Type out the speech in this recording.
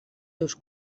seus